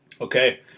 Okay